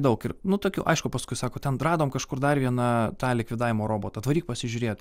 daug ir nu tokių aišku paskui sako ten radom kažkur dar vieną tą likvidavimo robotą atvaryk pasižiūrėt